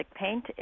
paint